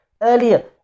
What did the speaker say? earlier